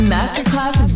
Masterclass